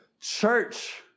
church